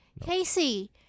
Casey